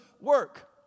work